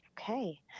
Okay